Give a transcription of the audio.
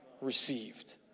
received